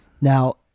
Now